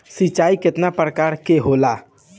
सिंचाई केतना प्रकार के होला?